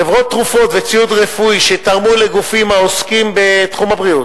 חברות תרופות וציוד רפואי שתרמו לגופים העוסקים בתחום הבריאות,